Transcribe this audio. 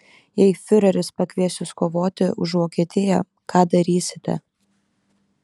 jei fiureris pakvies jus kovoti už vokietiją ką darysite